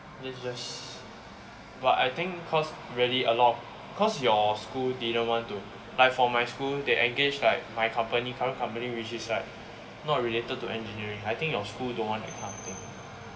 that;s just but I think cause really a lot cause your school didn't want to like for my school they engaged like my company current company which is like not related to engineering I think your school don't want that kind of thing